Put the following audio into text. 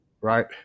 right